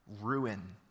ruin